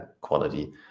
quality